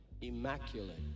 immaculate